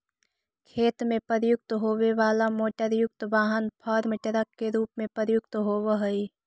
खेत में प्रयुक्त होवे वाला मोटरयुक्त वाहन फार्म ट्रक के रूप में प्रयुक्त होवऽ हई